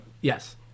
yes